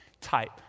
type